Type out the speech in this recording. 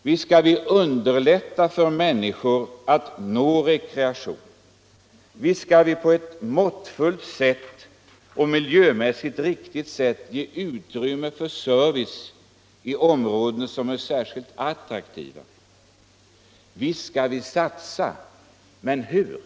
Visst skall vi underlätta för människor att nå rekreation, visst skall vi på ett måttfullt och miljömässigt riktigt sätt ge utrymme för service i områden som är särskilt attraktiva. Visst skall vi satsa — men hur?